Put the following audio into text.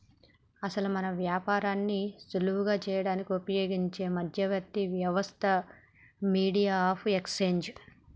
అసలు మనం వ్యాపారాన్ని సులువు చేయడానికి ఉపయోగించే మధ్యవర్తి వ్యవస్థ మీడియం ఆఫ్ ఎక్స్చేంజ్